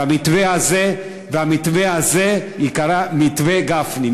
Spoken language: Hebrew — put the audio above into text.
והמתווה הזה ייקרא "מתווה גפני".